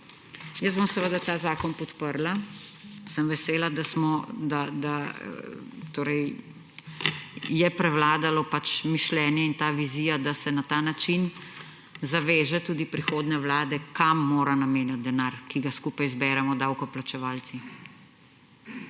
Jaz bom seveda ta zakon podprla. Sem vesela, da je prevladalo mišljenje in ta vizija, da se na ta način zaveže tudi prihodnje vlade, kam morajo namenjati denar, ki ga skupaj zberemo davkoplačevalci.